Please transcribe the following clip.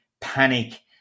panic